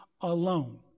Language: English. alone